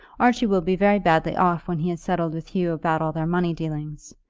archie will be very badly off when he has settled with hugh about all their money dealings.